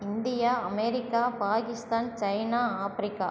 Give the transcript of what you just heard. India America Pakistan China Africa